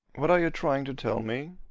what are you trying to tell me?